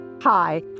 Hi